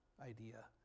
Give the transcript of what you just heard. idea